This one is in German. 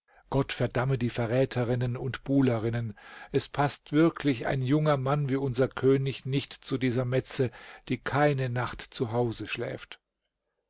gott verdamme die verräterinnen und buhlerinnen es paßt wirklich ein junger mann wie unser könig nicht zu dieser metze die keine nacht zu hause schläft